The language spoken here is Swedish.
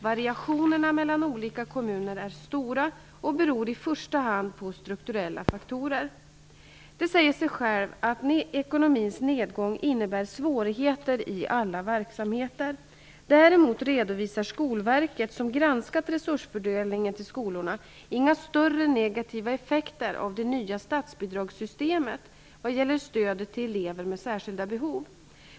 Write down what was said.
Variationerna mellan olika kommuner är stora och beror i första hand på strukturella faktorer. Det säger sig självt att ekonomins nedgång innebär svårigheter i alla verksamheter. Däremot redovisar Skolverket, som granskat resursfördelningen till skolorna, inga större negativa effekter av det nya statsbidragssystemet vad gäller stödet till elever med särskilda behov.